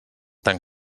tan